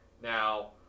Now